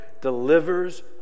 delivers